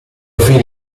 fine